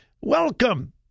welcome